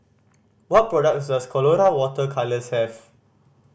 what products does Colora Water Colours have